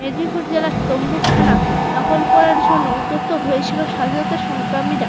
মেদিনীপুর জেলার তমলুক থানা দখল করার জন্য উদ্যত হয়েছিল স্বাধীনতা সংগ্রামীরা